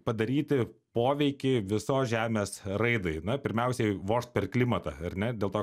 padaryti poveikį visos žemės raidai na pirmiausiai vožt per klimatą ar ne dėl to